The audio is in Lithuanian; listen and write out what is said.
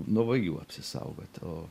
nuo vagių apsisaugot o